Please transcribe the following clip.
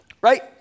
Right